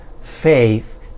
faith